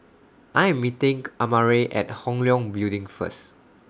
I Am meeting Amare At Hong Leong Building First